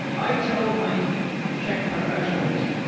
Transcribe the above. i tell my chek professionals,